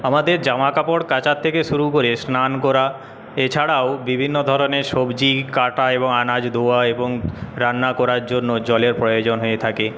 আমাদের জামাকাপড় কাচার থেকে শুরু করে স্নান করা এছাড়াও বিভিন্ন ধরনের সবজি কাটা এবং আনাজ ধোয়া এবং রান্না করার জন্য জলের প্রয়োজন হয়ে থাকে